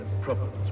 problems